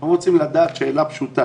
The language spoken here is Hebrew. אנחנו רוצים לדעת דבר פשוט.